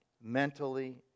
mentally